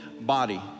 body